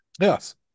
Yes